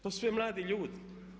To su sve mladi ljudi.